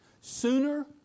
sooner